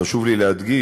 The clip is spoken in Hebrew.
חשוב לי להדגיש,